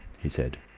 he said.